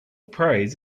praise